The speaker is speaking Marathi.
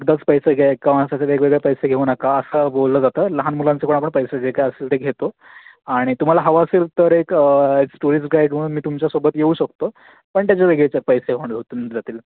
एकदाच पैसे घ्या एका माणसाचे वेगवेगळे पैसे घेऊ नका असं बोललं जातं लहान मुलांचे पण आपण पैसे जे काय असतील ते घेतो आणि तुम्हाला हवं असेल तर एक टुरिस्ट गाईड म्हणून मी तुमच्यासोबत येऊ शकतो पण त्याचे वेगळेच पैसे होण होऊन जातील